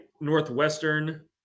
Northwestern